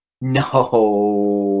No